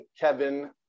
Kevin